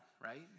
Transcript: right